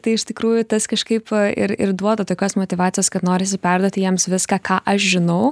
tai iš tikrųjų tas kažkaip ir ir duoda tokios motyvacijos kad norisi perduoti jiems viską ką aš žinau